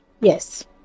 yes